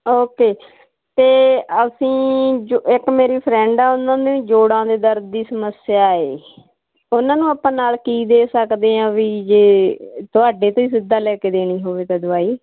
okay ਅਤੇ ਅਸੀਂ ਜ ਇੱਕ ਮੇਰੀ ਫ੍ਰੈਂਡ ਆ ਉਹਨਾਂ ਨੂੰ ਜੋੜਾਂ ਦੇ ਦਰਦ ਦੀ ਸਮੱਸਿਆ ਹੈ ਉਨ੍ਹਾਂ ਨੂੰ ਆਪਾਂ ਨਾਲ ਕੀ ਦੇ ਸਕਦੇ ਹਾਂ ਵੀ ਜੇ ਤੁਹਾਡੇ ਤੋਂ ਹੀ ਸਿੱਧਾ ਲੈ ਕੇ ਦੇਣੀ ਹੋਵੇ ਤਾਂ ਦਵਾਈ